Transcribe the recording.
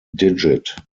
digit